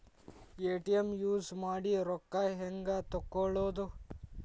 ATM use ಮಾಡಿ ರೊಕ್ಕ ಹೆಂಗೆ ತಕ್ಕೊಳೋದು?